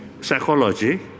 psychology